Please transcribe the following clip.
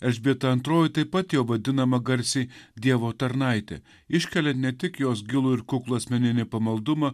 elžbieta antroji taip pat jo vadinama garsiai dievo tarnaitė iškelia ne tik jos gilų ir kuklų asmeninį pamaldumą